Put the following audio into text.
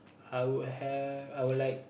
I would have I would like